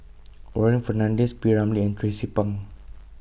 Warren Fernandez P Ramlee and Tracie Pang